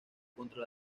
contra